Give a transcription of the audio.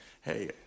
hey